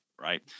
Right